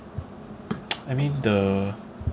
I mean the